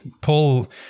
pull